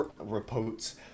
Reports